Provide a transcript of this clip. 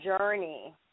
journey